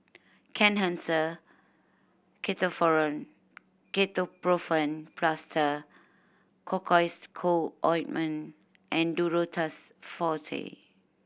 Kenhancer Ketoprofen Plaster Cocois Co Ointment and Duro Tuss Forte